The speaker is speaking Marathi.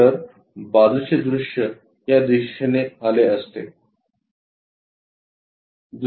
तर बाजूचे दृश्य या दिशेने आले असते